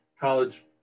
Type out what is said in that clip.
college